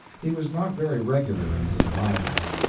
he was not very regular in his arrivals,